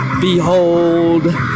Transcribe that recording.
Behold